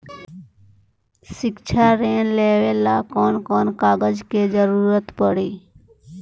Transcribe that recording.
शिक्षा ऋण लेवेला कौन कौन कागज के जरुरत पड़ी?